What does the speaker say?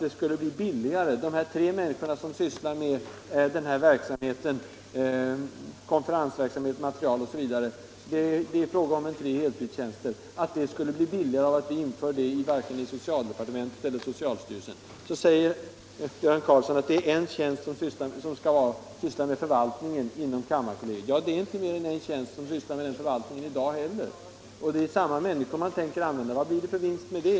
Det är tre människor med heltidstjänster som sysslar med denna verksamhet — konferensverksamhet, material osv. — och ingen kan få mig att tro att det skulle bli billigare om den verksamheten utfördes i socialdepartementet eller i socialstyrelsen. Då säger Göran Karlsson att det är innehavaren av en sådan tjänst som skall syssla med förvaltningen inom kammarkollegiet. Ja, men det är inte mer än en innehavare av en tjänst som sköter förvaltningen i dag heller, och det är ju samma människor som man tänker använda i fortsättningen. Vad blir det för vinst med det?